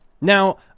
Now